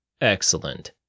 Excellent